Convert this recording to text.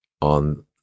on